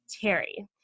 Terry